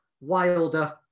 Wilder